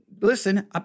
Listen